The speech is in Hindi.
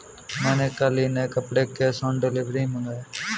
मैंने कल ही नए कपड़े कैश ऑन डिलीवरी से मंगाए